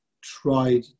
tried